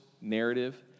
narrative